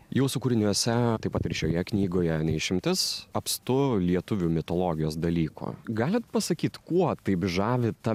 jūsų kūriniuose taip pat ir šioje knygoje ne išimtis apstu lietuvių mitologijos dalykų galit pasakyt kuo taip žavi ta